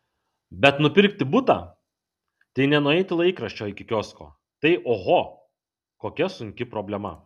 bet nupirkti butą tai ne nueiti laikraščio iki kiosko tai oho kokia sunki problema